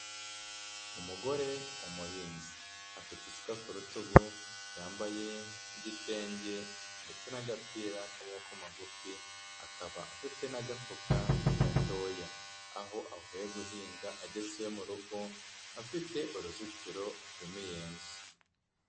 Umugore w'umuhinzi afite isuka ku rutugu yambaye igitenge ndetse n'agapira k'amaboko magufi, akaba afite n'agafuka gatoya, aho avuye guhinga ageze mu rugo afite uruzitiro rw'imiyenzi.